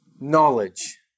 knowledge